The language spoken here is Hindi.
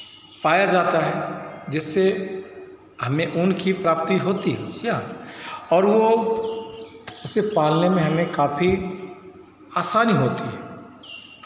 पाया जाता है जिससे हमें ऊन की प्राप्ति होती है जी हाँ और वो उसे पालने में हमें काफी आसानी होती है